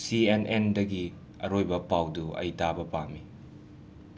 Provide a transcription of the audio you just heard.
ꯁꯤ ꯑꯦꯟ ꯑꯦꯟꯗꯒꯤ ꯑꯔꯣꯏꯕ ꯄꯥꯎꯗꯨ ꯑꯩ ꯇꯥꯕ ꯄꯥꯝꯃꯤ